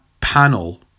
panel